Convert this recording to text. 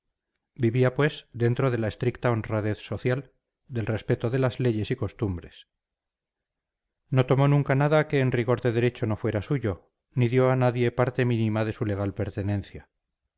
vivía pues dentro de la estricta honradez social del respeto de las leyes y costumbres no tomó nunca nada que en rigor de derecho no fuera suyo ni dio a nadie parte mínima de su legal pertenencia